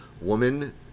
woman